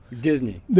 Disney